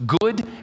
good